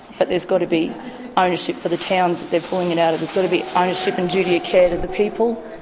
but there's got to be ah ownership for the towns that they're pulling it out of. there's got to be ownership and duty of care to the people,